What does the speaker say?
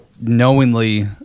knowingly